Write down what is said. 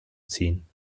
ziehen